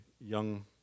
young